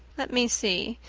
let me see.